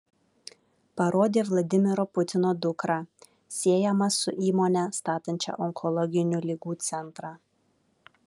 parodė vladimiro putino dukrą siejama su įmone statančia onkologinių ligų centrą